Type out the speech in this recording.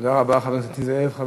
תודה רבה, חבר הכנסת זאב.